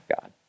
God